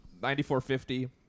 94.50